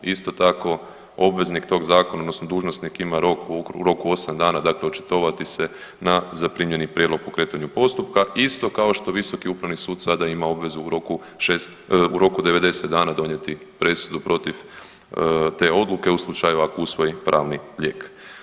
Isto tako obveznik tog zakona odnosno dužnosnik ima rok u roku 8 dana dakle očitovati se na zaprimljeni prijedlog o pokretanju postupka isto kao što Visoki upravni sud sada ima obvezu u roku 90 dana donijeti presudu protiv te odluke u slučaju ako usvoji pravni lijek.